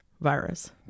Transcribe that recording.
virus